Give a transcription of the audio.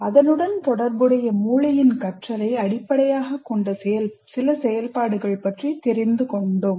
அதனுடன் தொடர்புடைய மூளையின் கற்றலை அடிப்படையாகக் கொண்ட சில செயல்பாடுகள் பற்றி தெரிந்து கொண்டோம்